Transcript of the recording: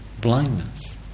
Blindness